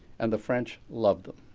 and the french loved it.